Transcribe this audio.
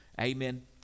Amen